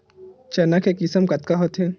चना के किसम कतका होथे?